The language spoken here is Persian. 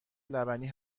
لبنی